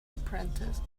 apprentice